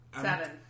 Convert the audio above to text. Seven